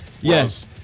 Yes